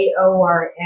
AORN